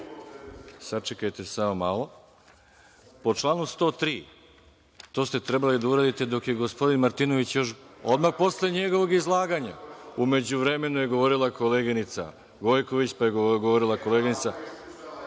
samo malo. Po članu 103, to ste trebali da uradite dok je gospodin Martinović, tj. odmah posle njegovog izlaganja. U međuvremenu je govorila koleginica Gojković, pa je govorila koleginica